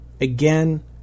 Again